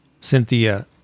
Cynthia